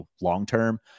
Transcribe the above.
long-term